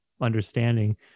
understanding